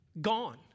Gone